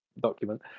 document